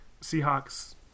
Seahawks